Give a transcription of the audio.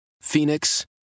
Phoenix